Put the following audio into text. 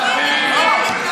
הוא בן ירוחם,